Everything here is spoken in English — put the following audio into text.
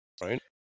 right